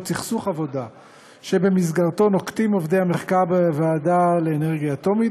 סכסוך עבודה שבמסגרתו נוקטים עובדי המחקר בוועדה לאנרגיה אטומית